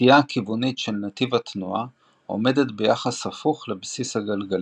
הסטייה הכיוונית של נתיב התנועה עומדת ביחס הפוך לבסיס הגלגלים,